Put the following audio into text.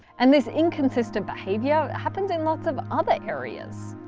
and this inconsistent behaviour happens in lots of other areas.